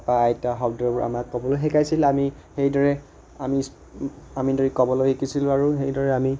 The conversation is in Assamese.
বা আইতা শব্দবোৰ আমাক ক'বলৈ শিকাইছিল আমি সেইদৰে আমি ক'বলৈ শিকিছিলোঁ আৰু সেইদৰে আমি